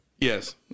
yes